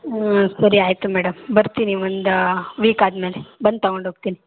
ಹ್ಞೂ ಸರಿ ಆಯಿತು ಮೇಡಮ್ ಬರ್ತೀನಿ ಒಂದು ವೀಕ್ ಆದಮೇಲೆ ಬಂದು ತೊಗೊಂಡ್ ಹೋಗ್ತಿನಿ